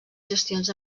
gestions